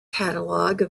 catalogue